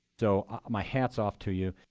so my hat's off to you.